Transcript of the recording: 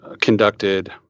conducted